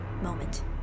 moment